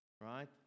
right